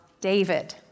David